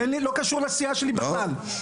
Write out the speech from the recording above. לא קשור לסיעה שלי בכלל.